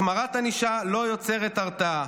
החמרת ענישה לא יוצרת הרתעה,